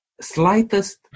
slightest